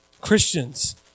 Christians